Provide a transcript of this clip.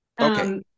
Okay